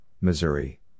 Missouri